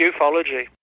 ufology